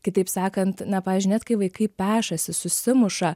kitaip sakant na pavyzdžiui net kai vaikai pešasi susimuša